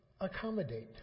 accommodate